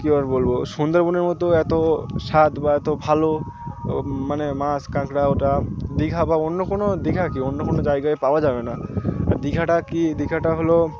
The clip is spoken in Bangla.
কী আর বলব সুন্দরবনের মতো এত স্বাদ বা এত ভালো মানে মাছ কাঁকড়া ওটা দীঘা বা অন্য কোনো দীঘা কি অন্য কোনো জায়গায় পাওয়া যাবে না আর দীঘাটা কী দীঘাটা হল